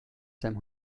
seinem